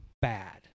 Bad